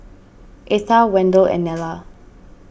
Etha Wendell and Nella